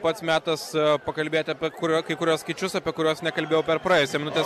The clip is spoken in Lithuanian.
pats metas pakalbėti apie kurio kai kuriuos skaičius apie kuriuos nekalbėjau per praėjusią minutės